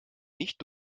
nicht